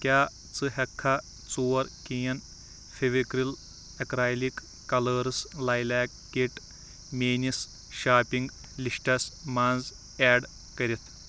کیٛاہ ژٕ ہٮ۪ککھا ژور کین فِوِکرٛل اٮ۪کرایلِک کَلٲرٕس لایلیک کِٹ میٛٲنِس شاپِنٛگ لِسٹَس منٛز اٮ۪ڈ کٔرِتھ